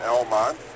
Elmont